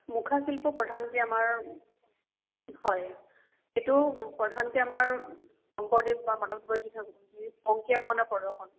মুখা শিল্প প্ৰধানকে আমাৰ হয় সেইটো প্ৰধানকে আমাৰ শংকৰদেৱ বা মাধৱদেৱ যি অংকীয়া ভাওনাৰ প্ৰদৰ্শন